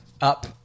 up